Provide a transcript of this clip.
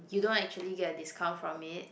you don't actually get a discount from it